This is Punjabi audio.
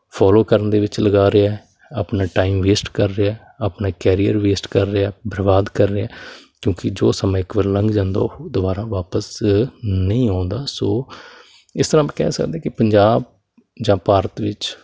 ਫੋਲੋ ਕਰਨ ਦੇ ਵਿੱਚ ਲਗਾ ਰਿਹਾ ਆਪਣਾ ਟਾਈਮ ਵੇਸਟ ਕਰ ਰਿਹਾ ਆਪਣੇ ਕੈਰੀਅਰ ਵੇਸਟ ਕਰ ਰਿਹਾ ਬਰਬਾਦ ਕਰ ਰਿਹਾ ਕਿਉਂਕਿ ਜੋ ਸਮਾਂ ਇੱਕ ਵਾਰ ਲੰਘ ਜਾਂਦਾ ਉਹ ਦੁਬਾਰਾ ਵਾਪਸ ਨਹੀਂ ਆਉਂਦਾ ਸੋ ਇਸ ਤਰ੍ਹਾਂ ਆਪਾਂ ਕਹਿ ਸਕਦੇ ਕਿ ਪੰਜਾਬ ਜਾਂ ਭਾਰਤ ਵਿੱਚ